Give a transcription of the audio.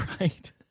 right